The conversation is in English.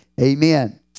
Amen